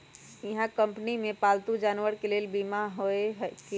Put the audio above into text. इहा कंपनी में पालतू जानवर के लेल बीमा हए कि?